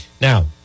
Now